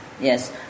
Yes